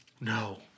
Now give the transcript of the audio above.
no